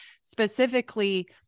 specifically